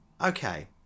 Okay